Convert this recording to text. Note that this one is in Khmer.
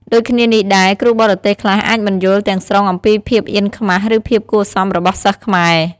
ដូចគ្នានេះដែរ គ្រូបរទេសខ្លះអាចមិនយល់ទាំងស្រុងអំពីភាពអៀនខ្មាស ឬភាពគួរសមរបស់សិស្សខ្មែរ។